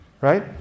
right